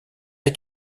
est